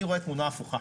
אני רואה תמונה הפוכה.